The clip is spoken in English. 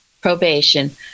probation